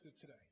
today